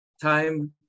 time